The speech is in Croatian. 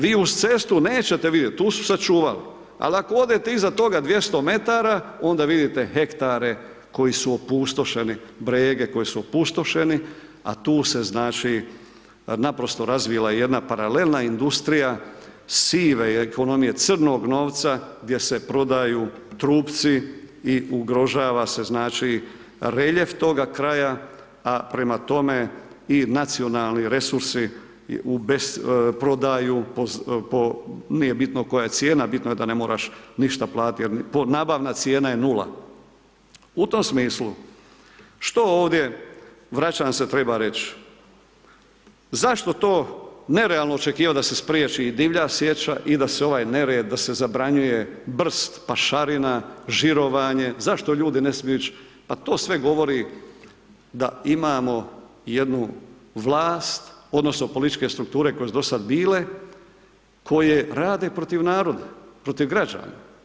Vi uz cestu nećete vidjet, tu su sačuvali, ali ako odete iza toga 200 metara onda vidite hektare koji su opustošeni, brege koji su opustošeni, a tu se znači naprosto razvila jedna paralelna industrija sive ekonomije, crnog novca gdje se prodaju trupci i ugrožava se znači reljef toga kraja, a prema tome i nacionalni resursi u besprodaju po nije bitno koja je cijena, bitno je da ne moraš ništa platit, nabavna cijena je 0. U tom smislu što ovdje, vraćam se treba reći, zašto to nerealno je očekivat da se spriječi divlja sječa i da se ovaj nered zabranjuje brst, pašarina, žirovanje, zašto ljudi ne smiju ići, pa to sve govori da imamo jednu vlast odnosno političke strukture koje su dosad bile koje rade protiv naroda, protiv građana.